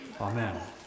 Amen